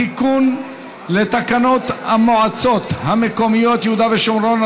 בתיקון לתקנון המועצות המקומיות (יהודה ושומרון),